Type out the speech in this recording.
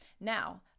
Now